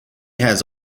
has